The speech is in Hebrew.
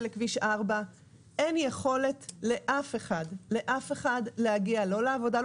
לכביש 4. אין יכולת לאף אחד להגיע לא לעבודה,